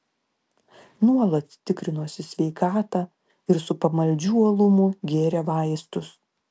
nuolat tikrinosi sveikatą ir su pamaldžiu uolumu gėrė vaistus